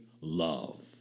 love